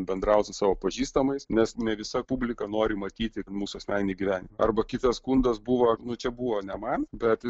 bendrauti su savo pažįstamais nes ne visa publika nori matyti mūsų asmeninį gyvenimą arba kitas skundas buvo nu čia buvo ne man bet